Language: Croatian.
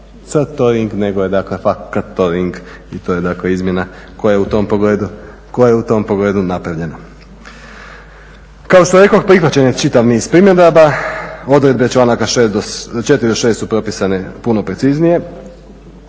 factoring nego je dakle faktoring i to je dakle izmjena koja je u tom pogledu napravljena. Kao što rekoh prihvaćen je čitav niz primjedaba, odredbe članaka 4. do 6. su propisane puno preciznije.